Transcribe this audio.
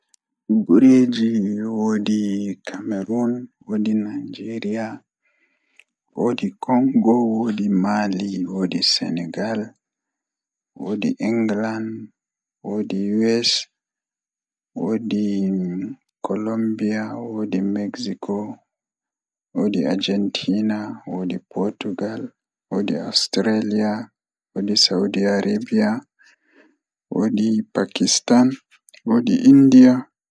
Gureeji woodi cameroon, woodi nigeria, woodi congo woodi maali, woodi senegal, woodi england woodi US woodi colombia, woodi mexico, woodi agentina, portugal, woodi australia, woodi saudi arabia, woodi pakistan, woodi india,